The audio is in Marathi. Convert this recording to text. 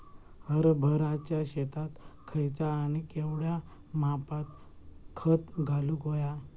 हरभराच्या शेतात खयचा आणि केवढया मापात खत घालुक व्हया?